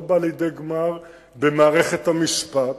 הוא לא בא לידי גמר במערכת המשפט